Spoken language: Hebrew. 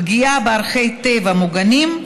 פגיעה בערכי טבע מוגנים,